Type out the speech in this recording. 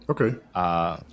Okay